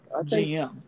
GM